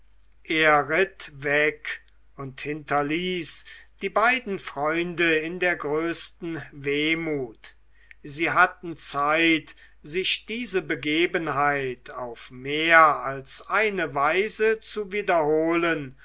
er ritt weg und hinterließ die beiden freunde in der größten wehmut sie hatten zeit sich diese begebenheit auf mehr als eine weise zu wiederholen